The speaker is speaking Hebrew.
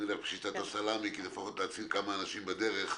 נלך בשיטת הסלמי כדי לפחות להציל כמה אנשים בדרך.